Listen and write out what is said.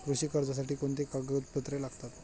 कृषी कर्जासाठी कोणती कागदपत्रे लागतात?